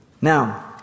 Now